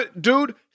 dude